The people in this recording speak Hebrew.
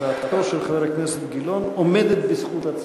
הצעתו של חבר הכנסת גילאון עומדת בזכות עצמה.